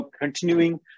continuing